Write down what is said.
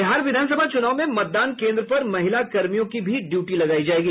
बिहार विधानसभा चूनाव में मतदान केन्द्र पर महिला कर्मियों की भी ड़यूटी लगायी जायेगी